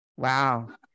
Wow